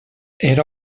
era